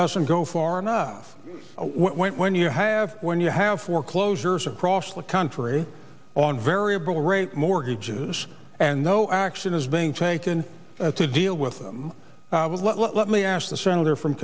doesn't go far enough when you have when you have foreclosures across the country on variable rate mortgages and no action is being taken to deal with them let me ask the senator from